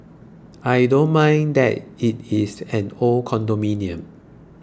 I don't mind that it is an old condominium